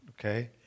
okay